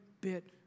bit